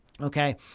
Okay